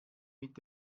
mit